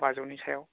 बाजौनि सायाव